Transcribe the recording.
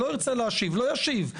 לא ירצה להשיב, לא ישיב.